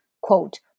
quote